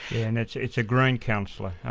and it's it's a green councillor.